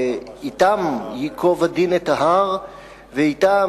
ואתם ייקוב הדין את ההר ואתם,